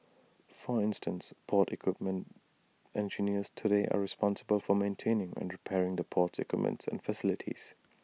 for instance port equipment engineers today are responsible for maintaining and repairing the port's equipment and facilities